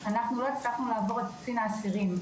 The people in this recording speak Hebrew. אנחנו לא הצלחנו לעבור את קצין האסירים.